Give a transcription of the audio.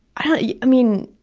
i mean,